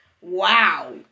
Wow